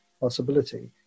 possibility